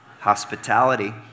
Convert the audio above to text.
hospitality